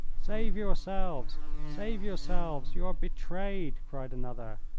save yourselves! save yourselves! you are betrayed! cried another.